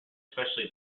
especially